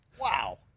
wow